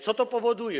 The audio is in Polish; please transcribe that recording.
Co to powoduje?